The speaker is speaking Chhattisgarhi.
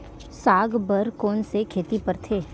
साग बर कोन से खेती परथे?